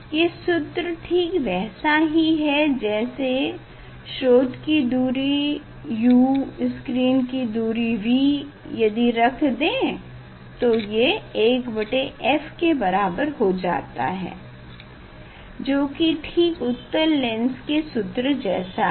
ये सूत्र ठीक वैसा ही जैसे स्रोत की दूरी u स्क्रीन की दूरी v यदि रख दें तो ये 1f के बराबर हो जाता है जो की ठीक उत्तल लेंस के सूत्र जैसा है